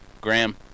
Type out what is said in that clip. Graham